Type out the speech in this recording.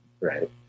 Right